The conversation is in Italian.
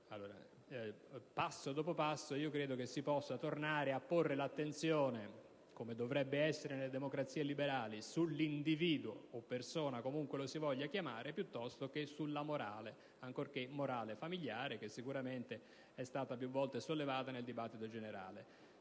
quasi. Passo dopo passo, credo si possa tornare a porre l'attenzione, come dovrebbe essere nelle democrazie liberali, sull'individuo o persona, comunque lo si voglia chiamare, piuttosto che sulla morale, ancorché morale familiare, che è stata più volte sollevata nel dibattito generale.